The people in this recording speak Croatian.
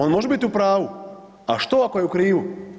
On može biti u pravu, a što ako je u krivu?